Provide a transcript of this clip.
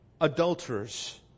adulterers